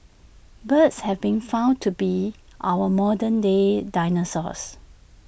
birds have been found to be our modern day dinosaurs